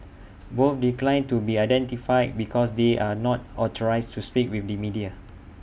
both declined to be identified because they are not authorised to speak with the media